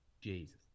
Jesus